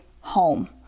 home